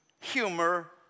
humor